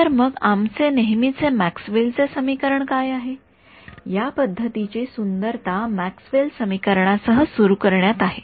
तर मग आमचे नेहमीचे मॅक्सवेल चे समीकरण काय आहे या पद्धतीची सुंदरता मॅक्सवेल समीकरणासह सुरू करण्यात आहे